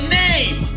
name